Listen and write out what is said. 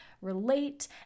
relate